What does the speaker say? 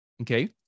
okay